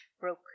broke